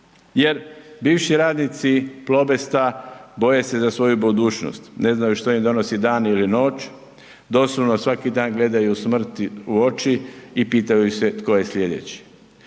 jer bivši radnici Plobesta boje se za svoju budućnost, ne znaju što im donosi dan ili noć, doslovno svaki dan gledaju smrti u oči i pitaju se tko je slijedeći.